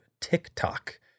TikTok